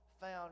found